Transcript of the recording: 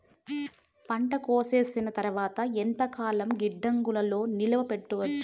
పంట కోసేసిన తర్వాత ఎంతకాలం గిడ్డంగులలో నిలువ పెట్టొచ్చు?